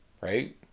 right